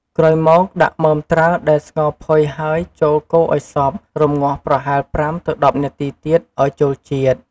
ក្រោយមក ដាក់មើមត្រាវដែលស្ងោរផុយហើយចូលកូរឱ្យសព្វ រម្ងាស់ប្រហែល ៥ ទៅ ១០ នាទីទៀតឱ្យចូលជាតិ។